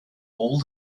all